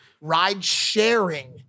ride-sharing